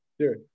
Sure